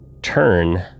Turn